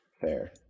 Fair